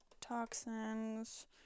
toxins